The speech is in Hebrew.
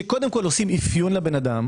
שקודם כל עושים אפיון לאדם,